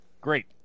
Great